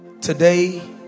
today